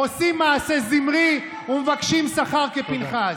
עושים מעשה זמרי ומבקשים שכר כפינחס.